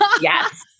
Yes